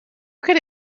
could